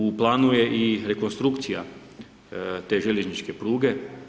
U planu je i rekonstrukcija te željezničke pruge.